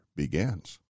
begins